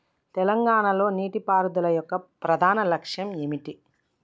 తెలంగాణ లో నీటిపారుదల యొక్క ప్రధాన లక్ష్యం ఏమిటి?